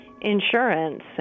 insurance